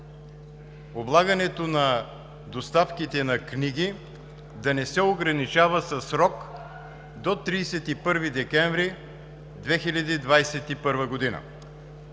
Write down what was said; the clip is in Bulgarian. облагането на доставките на книги да не се ограничава със срок до 31 декември 2021 г.